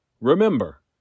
Remember